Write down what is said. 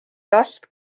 last